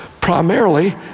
primarily